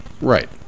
Right